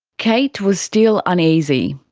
kate was still uneasy.